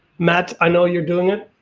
matt, i know you're doing it.